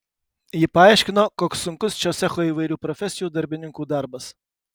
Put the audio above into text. ji paaiškino koks sunkus šio cecho įvairių profesijų darbininkų darbas